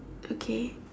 okay